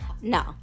no